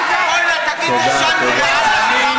תודה, תודה.